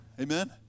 Amen